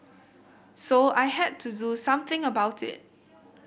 so I had to do something about it